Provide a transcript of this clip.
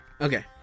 Okay